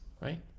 right